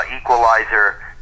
Equalizer